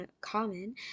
common